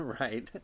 right